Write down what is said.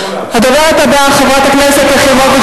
חברי חבר הכנסת מולה,